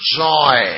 joy